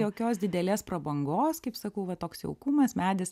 jokios didelės prabangos kaip sakau va toks jaukumas medis